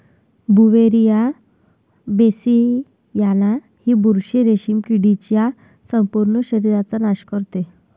Beauveria bassiana ही बुरशी रेशीम किडीच्या संपूर्ण शरीराचा नाश करते